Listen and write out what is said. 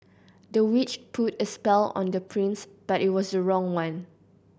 the witch put a spell on the prince but it was the wrong one